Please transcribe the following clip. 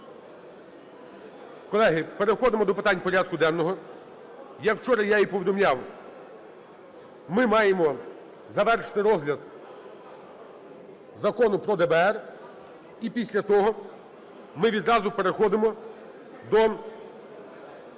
Колеги, переходимо до питань порядку денного. Як вчора я і повідомляв, ми маємо завершити розгляд Закону про ДБР. І після того ми відразу переходимо до